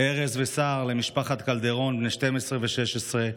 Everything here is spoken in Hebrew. ארז וסהר למשפחת קלדרון, בני 12 ו-16,